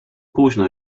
późno